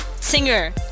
singer